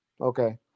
okay